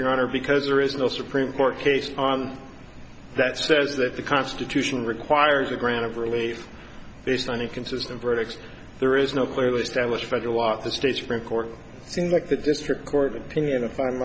your honor because there is no supreme court case on that says that the constitution requires a grant of relief based on a consistent verdict there is no clearly established federal law the state supreme court seems like the district court opinion if i'm